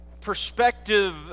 perspective